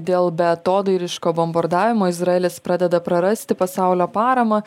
dėl beatodairiško bombardavimo izraelis pradeda prarasti pasaulio paramą